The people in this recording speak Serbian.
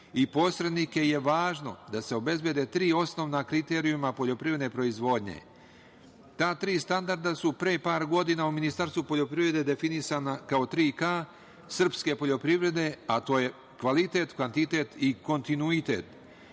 i posrednike je važno da se obezbede tri osnovna kriterijuma poljoprivredne proizvodnje. Ta tri standarda su pre par godina u Ministarstvu poljoprivrede definisana kao 3K srpske poljoprivrede, a to je kvalitet, kvantitet i kontinuitet.